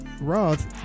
Roth